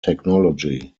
technology